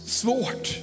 svårt